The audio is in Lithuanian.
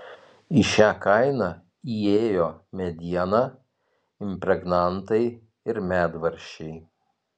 į šią kainą įėjo mediena impregnantai ir medvaržčiai